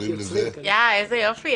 איזה יופי.